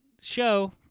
show